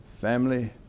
family